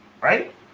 right